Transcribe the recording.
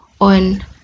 on